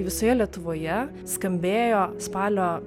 visoje lietuvoje skambėjo spalio